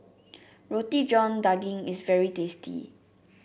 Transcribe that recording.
Roti John Daging is very tasty